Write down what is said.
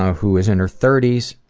who is in her thirty s,